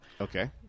Okay